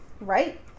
right